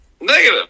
Negative